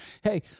hey